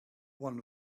one